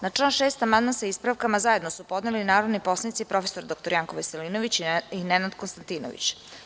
Na član 6. amandman sa ispravkama zajedno su podneli narodni poslanici prof. dr Janko Veselinović i Nenad Konstantinović.